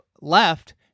left